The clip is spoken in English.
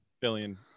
billion